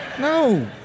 No